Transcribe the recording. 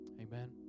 Amen